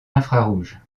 infrarouge